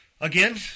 again